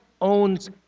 owns